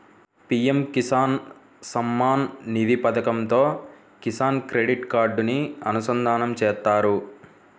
PM Kisan Samman Nidhi పథకంతో Kisan credit కార్డుని అనుసంధానం చేత్తారు